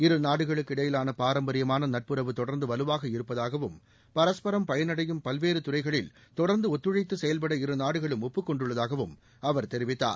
இருநாடுகளுக்கு இடையிலான பாரம்பரியமான நட்புறவு தொடர்ந்து வலுவாக இருப்பதாகவும் பரஸ்பரம் பயனடையும் பல்வேறு துறைகளில் தொடர்ந்து ஒத்துழழத்து செயல்டட இருநாடுகளும் ஒப்புக் கொண்டுள்ளதாகவும் அவர் தெரிவித்தார்